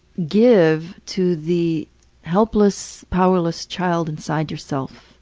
give to the helpless, powerless child inside yourself.